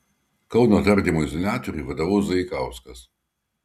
kauno tardymo izoliatoriui vadovaus zaikauskas